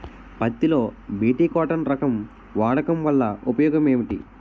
పత్తి లో BT cotton రకం వాడకం వల్ల ఉపయోగం ఏమిటి?